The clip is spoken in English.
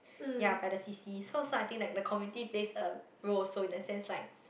ya by the C_C so so I think like the community plays a role also in the sense like